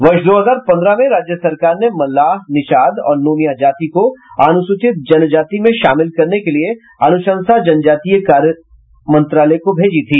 वर्ष दो हजार पंद्रह में राज्य सरकार ने मल्लाह निषाद और नोनिया जाति को अनुसूचित जनजाति में शामिल करने के लिए अनुशंसा जनजातीय कार्य मंत्रालय को भेजी थी